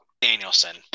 Danielson